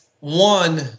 one